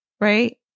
right